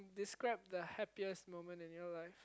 describe the happiest moment in your life